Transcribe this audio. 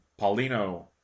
Paulino